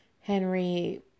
Henry